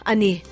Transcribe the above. Ani